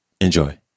Enjoy